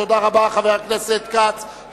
חבר הכנסת כץ,